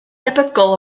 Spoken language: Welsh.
debygol